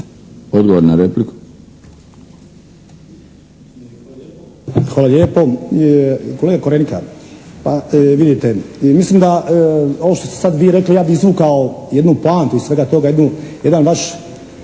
Odgovor na repliku.